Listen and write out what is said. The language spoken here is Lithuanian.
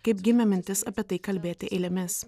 kaip gimė mintis apie tai kalbėti eilėmis